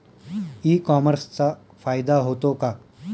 E कॉमर्सचा फायदा होतो का?